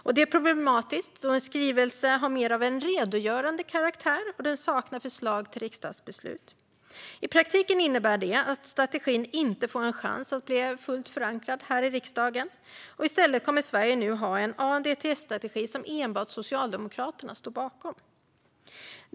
Det är problematiskt, då en skrivelse har mer av en redogörande karaktär och saknar förslag till riksdagsbeslut. I praktiken innebär detta att strategin inte får en chans att bli fullt förankrad i riksdagen. I stället kommer Sverige nu att ha en ANDTS-strategi som enbart Socialdemokraterna står bakom.